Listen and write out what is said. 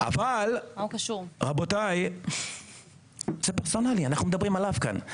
אבל רבותיי, זה פרסונלי, אנחנו מדברים עליו כאן.